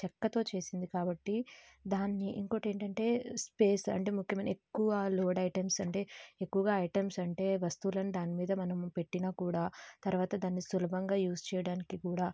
చెక్కతో చేసింది కాబట్టి దాన్ని ఇంకోటి ఏంటంటే స్పేస్ అంటే ముఖ్యమైన ఎక్కువ లోడ్ ఐటమ్స్ అంటే ఎక్కువగా ఐటమ్స్ అంటే వస్తువులను దాని మీద మనము పెట్టిన కూడా తరువాత దానిని సులభంగా యూజ్ చేయడానికి కూడా